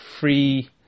free